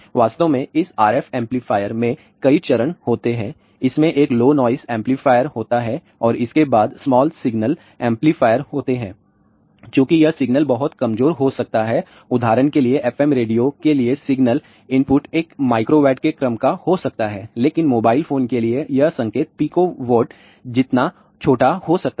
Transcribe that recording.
वास्तव में इस RF एम्पलीफायर में कई चरण होते हैं इसमें एक लो नॉइस एम्पलीफायर होता है और इसके बाद स्मॉल सिग्नल एम्पलीफायर होते हैं चूँकि यह सिग्नल बहुत कमज़ोर हो सकता है उदाहरण के लिए FM रेडियो के लिए सिग्नल इनपुट एक माइक्रोवोट के क्रम का हो सकता है लेकिन मोबाइल फोन के लिए यह संकेत पिकोवोट जितना छोटा हो सकता है